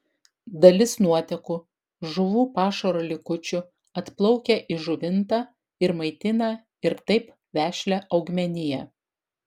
dalis nuotekų žuvų pašaro likučių atplaukia į žuvintą ir maitina ir taip vešlią augmeniją